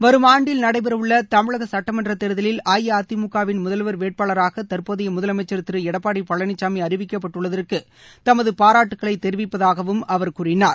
வரும் ஆண்டில் நடைபெற உள்ள தமிழக சட்டமன்றத் தேர்தலில் அஇஅதிமுக வின் முதல்வர் வேட்பாளராக தற்போதைய முதலமைச்சர் திரு எடப்பாடி பழனிசாமி அறிவிக்கப்பட்டுள்ளதற்கு தமது பாராட்டுக்களை தெரிவிப்பதாகவும் அவர் கூறினார்